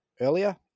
earlier